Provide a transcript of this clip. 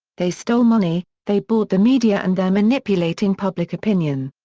they stole money, they bought the media and they're manipulating public opinion.